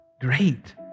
great